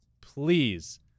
please